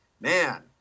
man